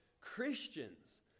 Christians